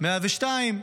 102?